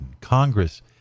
Congress